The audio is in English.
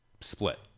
split